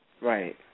Right